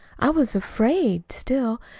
i was afraid still.